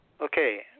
Okay